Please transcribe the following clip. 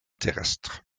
terrestres